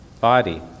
body